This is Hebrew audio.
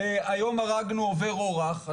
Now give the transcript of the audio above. היום הרגנו עובר אורח.